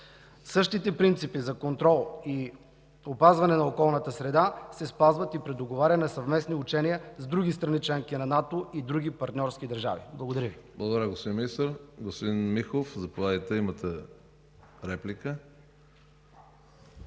Същите принципи за контрол и опазване на околната среда се спазват и при договаряне на съвместни учения с други страни – членки на НАТО, и други партньорски държави. Благодаря Ви.